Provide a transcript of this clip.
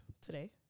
today